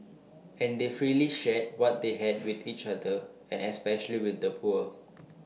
and they freely shared what they had with each other and especially with the poor